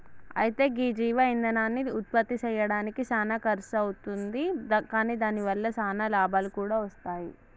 అయితే గీ జీవ ఇందనాన్ని ఉత్పప్తి సెయ్యడానికి సానా ఖర్సు అవుతుంది కాని దాని వల్ల సానా లాభాలు కూడా వస్తాయి